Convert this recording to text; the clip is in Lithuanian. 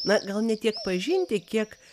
na gal ne tiek pažinti kiek